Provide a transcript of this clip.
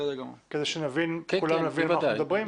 כדי שכולנו נבין על מה אנחנו מדברים?